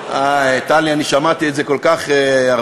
איי, טלי, אני שמעתי את זה כל כך הרבה.